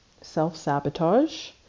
self-sabotage